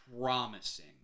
promising